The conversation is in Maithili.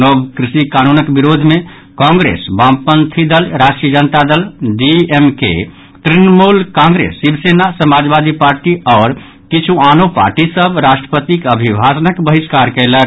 नव कृषि कानूनक विरोध मे कांग्रेस वामपंथी दल राष्ट्रीय जनता दल डीएमके तृणमूल कांग्रेस शिव सेना समाजवादी पार्टी आओर किछु आनो पार्टी सभ राष्ट्रपतिक अभिभाषणक बहिष्कार कयलक